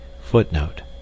Footnote